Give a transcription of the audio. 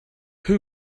who